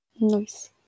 Nice